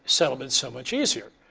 settlement so much easier.